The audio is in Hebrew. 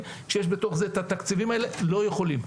כשיש בתוך זה את התקציבים האלה לא יכולים.